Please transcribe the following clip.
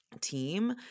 team